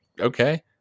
okay